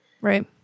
Right